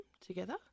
together